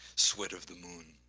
sweat of the moon,